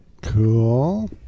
Cool